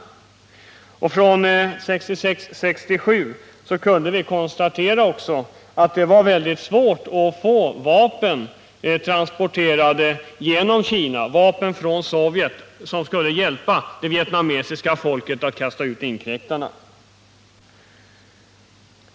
fr.o.m. 1966-1967 kan också konstateras att det varit väldigt svårt att få vapen transporterade genom Kina, vapen från Sovjet som skulle hjälpa det vietnamesiska folket att kasta ut inkräktarna.